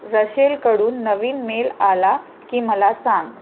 रशेलकडून नवीन मेल आला की मला सांग